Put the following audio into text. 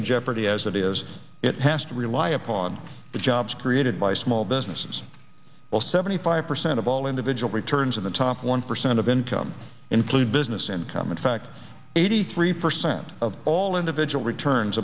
in jeopardy as it is it has to rely upon the jobs created by small businesses well seventy five percent of all individual returns in the top one percent of income include business income in fact eighty three percent of all individual returns